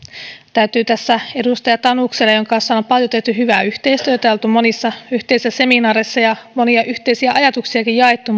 täytyy tässä edustaja tanukselle jonka kanssa olemme paljon tehneet hyvää yhteistyötä ja olleet monissa yhteisissä seminaareissa ja monia yhteisiä ajatuksiakin jakaneet